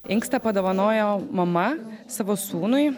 inkstą padovanojo mama savo sūnui